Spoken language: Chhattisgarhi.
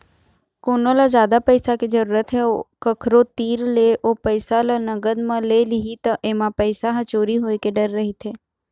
कोनो ल जादा पइसा के जरूरत हे अउ कखरो तीर ले ओ पइसा ल नगद म ले लिही त एमा पइसा ह चोरी होए के डर रहिथे